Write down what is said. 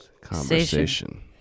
conversation